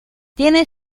tiene